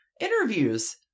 interviews